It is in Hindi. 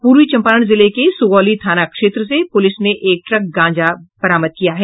पूर्वी चम्पारण जिले के सुगौली थाना क्षेत्र से पुलिस ने एक ट्रक गांजा बरामद किया है